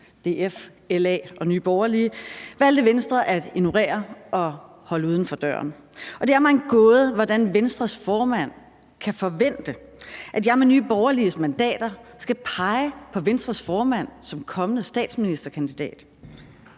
DF, LA og Nye Borgerlige, valgte Venstre at ignorere og holde uden for døren, og det er mig en gåde, hvordan Venstres formand kan forvente, at jeg med Nye Borgerliges mandater skal pege på Venstres formand som kommende statsministerkandidat,